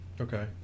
Okay